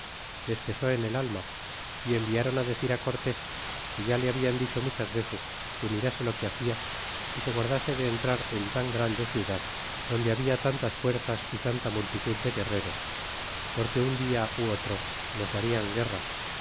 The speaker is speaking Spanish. les pesó en el alma é enviaron á decir á cortés que ya le habian dicho muchas veces que mirase o que hacia é se guardase de entrar en tan grande ciudad donde había tantas fuerzas y tanta multitud de guerreros porque un dia á otro nos darían guerra